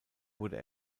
wurde